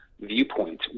viewpoint